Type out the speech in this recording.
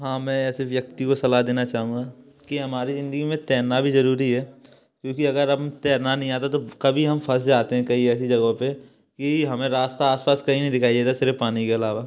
हाँ मैं ऐसे व्यक्ति को सलाह देना चाहूँगा कि हमारी जिंदगी में तैरना भी जरूरी है क्योंकि अगर हम तैरना नहीं आता तो कभी हम फंस जाते हैं कहीं ऐसी जगहों पर कि हमें रास्ता आसपास कहीं नहीं दिखाई नहीं देता सिर्फ पानी के अलावा